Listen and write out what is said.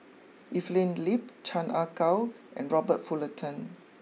Evelyn Lip Chan Ah Kow and Robert Fullerton